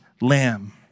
lamb